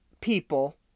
people